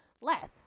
less